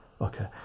okay